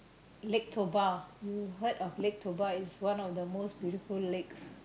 lake Toba you heard of lake Toba is one of the most beautiful lakes